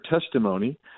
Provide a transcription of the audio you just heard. testimony